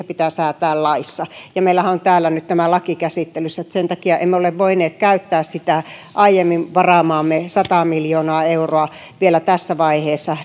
pitää säätää laissa ja meillähän on täällä nyt tämä laki käsittelyssä sen takia emme ole voineet käyttää sitä aiemmin varaamaamme sataa miljoonaa euroa vielä tässä vaiheessa